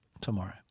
tomorrow